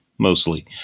Mostly